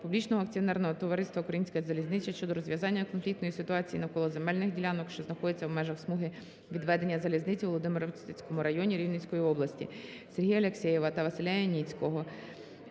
Публічного акціонерного товариства "Українська залізниця" щодо розв'язання конфліктної ситуації навколо земельних ділянок, що знаходяться в межах смуги відведення залізниці у Володимирецькому районі Рівненської області. Сергія Алєксєєва та Василя Яніцького